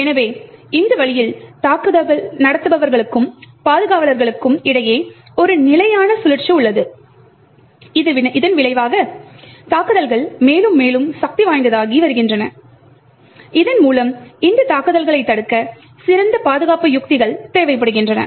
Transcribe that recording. எனவே இந்த வழியில் தாக்குதல் நடத்துபவர்களுக்கும் பாதுகாவலர்களுக்கும் இடையில் ஒரு நிலையான சுழற்சி உள்ளது இதன் விளைவாக தாக்குதல்கள் மேலும் மேலும் சக்திவாய்ந்ததாகி வருகின்றன இதன் மூலம் இந்த தாக்குதல்களைத் தடுக்க சிறந்த பாதுகாப்பு உத்திகள் தேவைப்படுகின்றன